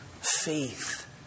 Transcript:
faith